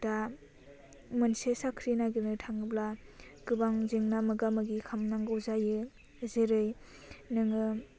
दा मोनसे साख्रि नागिरनो थाङोब्ला गोबां जेंना मोगा मोगि खालामनांगौ जायो जेरै नोङो